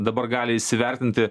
dabar gali įsivertinti